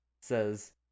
Says